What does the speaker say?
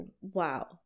wow